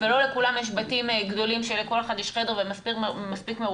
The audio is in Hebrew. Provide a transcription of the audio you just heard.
ולא לכולם יש בתים גדולים שלכל אחד יש חדר ומספיק מרווח,